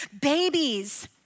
babies